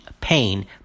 pain